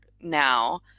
now